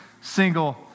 single